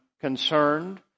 concerned